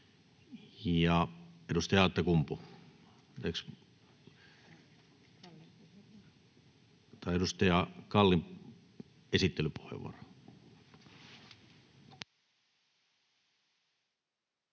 Edustaja Kalli, esittelypuheenvuoro.